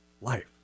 life